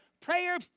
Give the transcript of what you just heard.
prayer